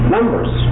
Numbers